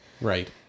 Right